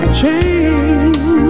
change